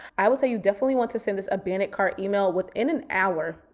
i would say, you definitely want to send this abandoned cart email within an hour,